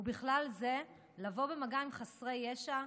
ובכלל זה לבוא במגע עם חסרי ישע,